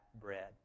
bread